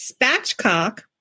spatchcock